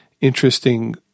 interesting